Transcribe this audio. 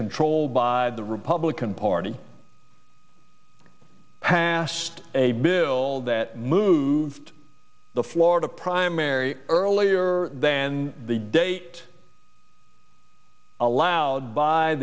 controlled by the republican party hast a bill that moved the florida primary earlier than the date allowed by